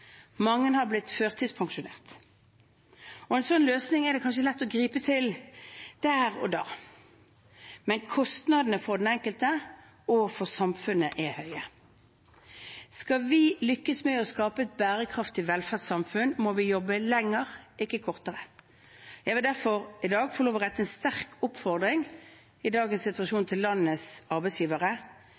Mange har blitt førtidspensjonert. En sånn løsning er det kanskje lett å gripe til der og da, men kostnadene for den enkelte og for samfunnet er høye. Skal vi lykkes med å skape et bærekraftig velferdssamfunn, må vi jobbe lenger, ikke kortere. Jeg vil derfor i dag få lov til å rette en sterk oppfordring til landets arbeidsgivere i dagens situasjon: